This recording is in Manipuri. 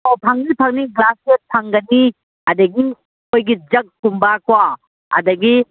ꯑꯣ ꯐꯪꯅꯤ ꯐꯪꯅꯤ ꯒ꯭ꯂꯥꯁ ꯁꯦꯠ ꯐꯪꯒꯅꯤ ꯑꯗꯒꯤ ꯑꯩꯈꯣꯏꯒꯤ ꯖꯛꯀꯨꯝꯕꯀꯣ ꯑꯗꯒꯤ